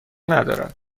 ندارد